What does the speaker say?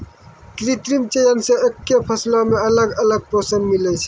कृत्रिम चयन से एक्के फसलो मे अलग अलग पोषण मिलै छै